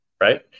right